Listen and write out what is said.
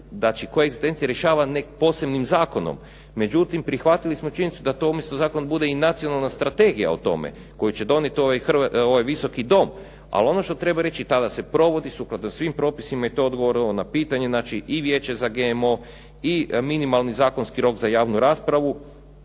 koegzistencija rješava posebnim zakonom, međutim prihvatili smo činjenicu da to umjesto zakona bude i nacionalna strategija o tome koju će donijeti ovaj Visoki dom. Ali ono što treba reći, i tada se provodi sukladno svim propisima i to je odgovor ovo na pitanje, znači i Vijeće za GMO, i minimalni zakonski rok za javnu raspravu